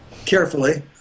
carefully